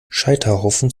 scheiterhaufen